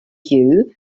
due